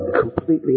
completely